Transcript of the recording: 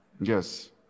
Yes